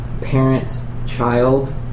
parent-child